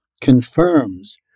confirms